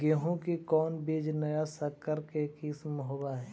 गेहू की कोन बीज नया सकर के किस्म होब हय?